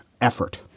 effort